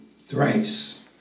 thrice